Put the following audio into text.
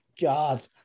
God